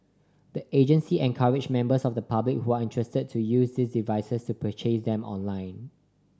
the agency encouraged members of the public who are interested to use these devices to purchase them online